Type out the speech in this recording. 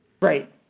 Right